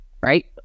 right